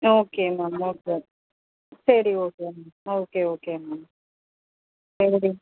okay ma'am okay சரி okay ma'am okay okay ma'am சரி